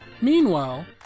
Meanwhile